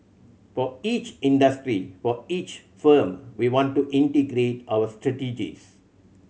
for each industry for each firm we want to integrate our strategies